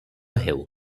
ହେଉ